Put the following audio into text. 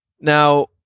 Now